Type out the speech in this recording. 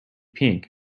pink